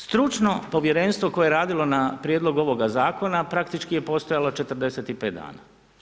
Stručno povjerenstvo koje je radilo na prijedlogu ovoga zakona, praktički je postojalo 45 dana.